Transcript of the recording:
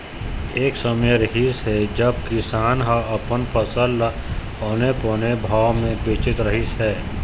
एक समे रिहिस हे जब किसान ह अपन फसल ल औने पौने भाव म बेचत रहिस हे